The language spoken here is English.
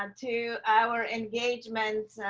um to our engagements,